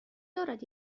دارد